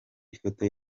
ifoto